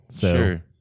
Sure